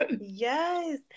Yes